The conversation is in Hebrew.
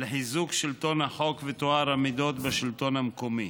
לחיזוק שלטון החוק וטוהר המידות בשלטון המקומי.